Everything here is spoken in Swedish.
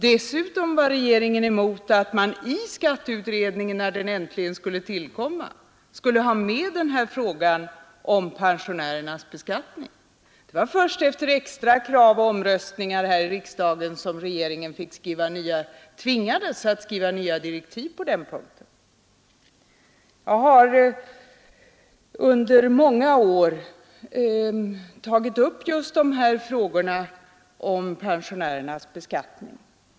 Dessutom var regeringen emot att man i skatteutredningen, när den äntligen tillkom, tog upp frågan om pensionärernas beskattning. Det var först efter krav och omröstningar här i riksdagen som regeringen tvingades skriva nya direktiv på den punkten. Jag har under många år tagit upp just pensionärernas beskattning.